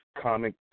comic